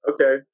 Okay